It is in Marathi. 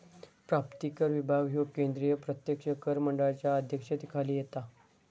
प्राप्तिकर विभाग ह्यो केंद्रीय प्रत्यक्ष कर मंडळाच्या अध्यक्षतेखाली येता